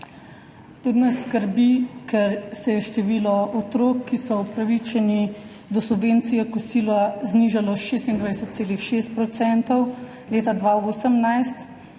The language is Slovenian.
Tudi nas skrbi, ker se je število otrok, ki so upravičeni do subvencije kosila znižalo iz 26,6 % leta 2018